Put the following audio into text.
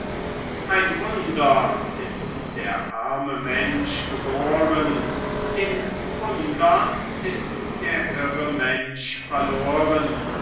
ein wunder ist der arme mensch geboren in wundern ist der irre mensch verloren